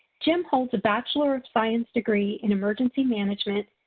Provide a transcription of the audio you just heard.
jim holds a bachelor of science degree in emergency management,